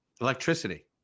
electricity